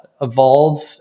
evolve